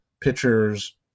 pitchers